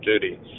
duty